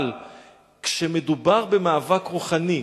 אבל כשמדובר במאבק רוחני,